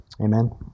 Amen